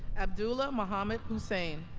abdullah mohammed husain